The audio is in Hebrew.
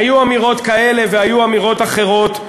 היו אמירות כאלה והיו אמירות אחרות.